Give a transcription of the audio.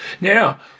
Now